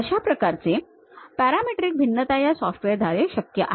अशा प्रकारची पॅरामेट्रिक भिन्नता या सॉफ्टवेअरद्वारे शक्य आहे